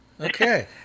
Okay